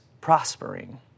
prospering